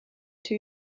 two